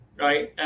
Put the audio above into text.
Right